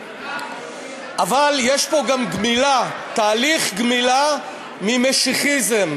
אבל יש פה גם גמילה, תהליך גמילה ממשיחיזם.